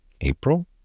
April